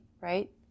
right